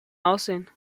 aussehen